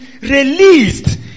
released